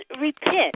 repent